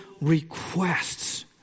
requests